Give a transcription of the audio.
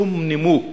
שום נימוק